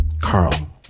Carl